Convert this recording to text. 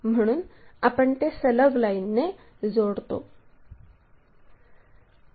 म्हणून आपण ते सलग लाईनने जोडतो